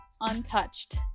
untouched